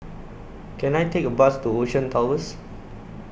Can I Take A Bus to Ocean Towers